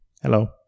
Hello